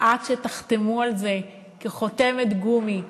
עד שתחתמו על זה כחותמת גומי.